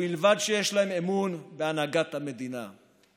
ובלבד שיש להם אמון בהנהגת המדינה.